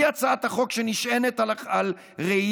היא הצעת חוק שנשענת על ראיית